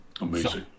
Amazing